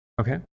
Okay